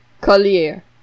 Collier